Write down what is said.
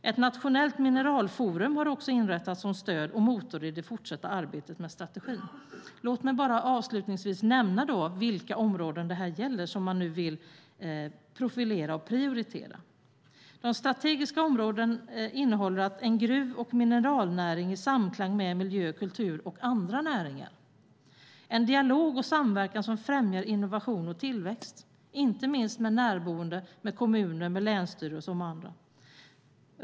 Ett nationellt mineralforum har också inrättas som stöd och motor i det fortsatta arbetet med strategin. Låt mig bara avslutningsvis nämna vilka områden det är som man nu vill profilera och prioritera. De strategiska områdena innehåller: En gruv och mineralnäring i samklang med miljö, kultur och andra näringar. En dialog och samverkan som främjar innovation och tillväxt. Det gäller inte minst med närboende, kommuner, länsstyrelser och andra.